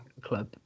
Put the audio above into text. club